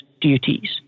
duties